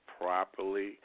properly